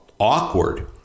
awkward